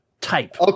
Type